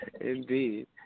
Indeed